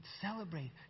celebrate